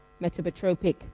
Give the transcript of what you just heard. metabotropic